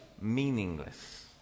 meaningless